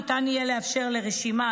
ניתן יהיה לאפשר לרשימה,